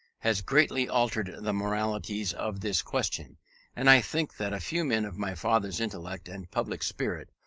has greatly altered the moralities of this question and i think that few men of my father's intellect and public spirit,